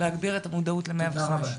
להגביר את המודעות ל-105.